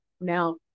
Now